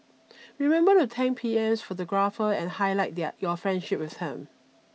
remember to thank P M's photographer and highlight there your friendship with him